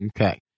Okay